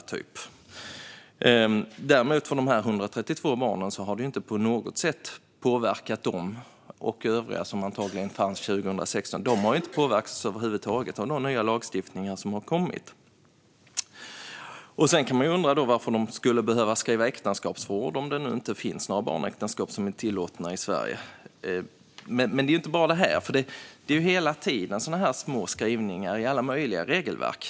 Detta har däremot inte på något sätt påverkat dessa 132 barn och övriga som antagligen fanns här 2016. De har över huvud taget inte påverkats av den nya lagstiftning som har kommit. Man kan därtill fråga sig varför de skulle behöva skriva äktenskapsförord om det nu inte finns några barnäktenskap som är tillåtna i Sverige. Men det gäller inte bara det här, utan hela tiden finns det sådana små skrivningar i alla möjliga regelverk.